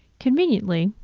conveniently,